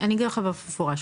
אני אגיד לך באופן מפורש,